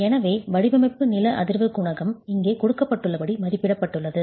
எனவே வடிவமைப்பு நில அதிர்வு குணகம் இங்கே கொடுக்கப்பட்டுள்ளபடி மதிப்பிடப்பட்டுள்ளது